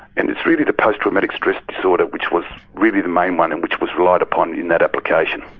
and it's really the post-traumatic stress disorder which was really the main one and which was relied upon in that application.